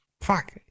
fuck